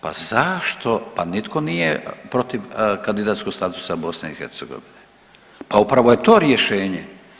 Pa zašto, pa nitko nije protiv kandidacijskog statusa BiH, pa upravo je to rješenje.